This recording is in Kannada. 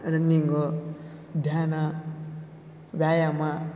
ರನ್ನಿಂಗು ಧ್ಯಾನ ವ್ಯಾಯಾಮ